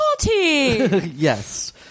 Yes